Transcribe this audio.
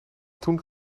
toen